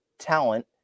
talent